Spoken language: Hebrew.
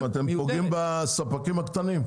אבל אתם פוגעים בספקים הקטנים,